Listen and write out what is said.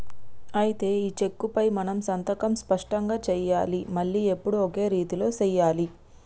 అయితే ఈ చెక్కుపై మనం సంతకం స్పష్టంగా సెయ్యాలి మళ్లీ ఎప్పుడు ఒకే రీతిలో సెయ్యాలి